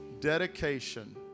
Dedication